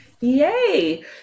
yay